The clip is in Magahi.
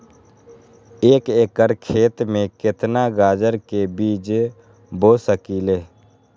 एक एकर खेत में केतना गाजर के बीज बो सकीं ले?